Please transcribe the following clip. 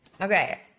okay